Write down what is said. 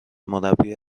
مربی